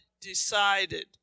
decided